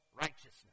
righteousness